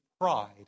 pride